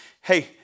Hey